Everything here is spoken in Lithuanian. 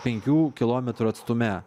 penkių kilometrų atstume